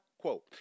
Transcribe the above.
quote